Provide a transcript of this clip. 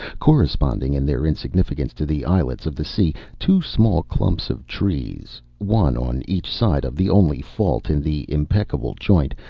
corresponding in their insignificance to the islets of the sea, two small clumps of trees, one on each side of the only fault in the impeccable joint,